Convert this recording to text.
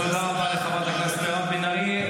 תודה רבה לחברת הכנסת מירב בן ארי.